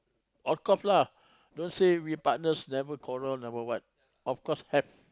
of course lah don't say we partners never quarrel never what of course have